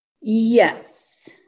Yes